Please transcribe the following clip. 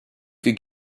could